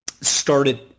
started